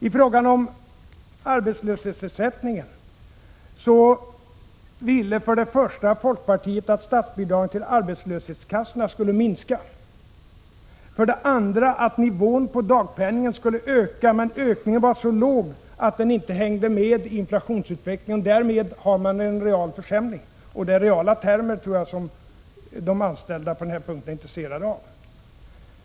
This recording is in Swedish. I fråga om arbetslöshetsersättningen ville folkpartiet för det första att statsbidragen till arbetslöshetskassorna skulle minska, för det andra att dagpenningsnivån skulle öka. Denna ökning var emellertid så låg att den inte hängde med i inflationsutvecklingen. Därmed uppstår en real försämring, och det är nog det reala som de anställda är intresserade av.